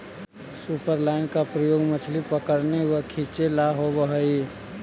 superline का प्रयोग मछली पकड़ने व खींचे ला होव हई